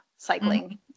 cycling